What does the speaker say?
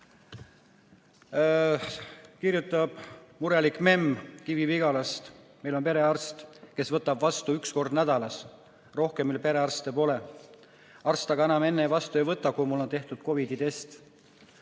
Kirjutab murelik memm Kivi-Vigalast: "Meil on perearst, kes võtab vastu üks kord nädalas. Rohkem meil perearste pole. Arst aga enam enne vastu ei võta, kui mul on tehtud COVID-i test."